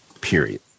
period